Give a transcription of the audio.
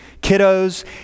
kiddos